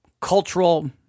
cultural